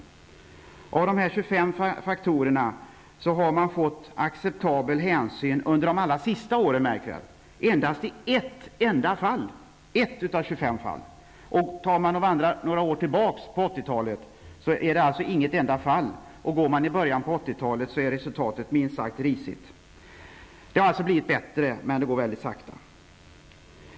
När det gäller dessa 25 faktorer har man fått acceptabel hänsyn under de allra senaste åren, märk väl, endast i ett enda fall, dvs. i 1 av 25 fall. Ser man några år tillbaka på 80-talet finns alltså inte ett enda fall, och i början av 80-talet var resultatet minst sagt risigt. Det har blivit bättre, men det går mycket sakta.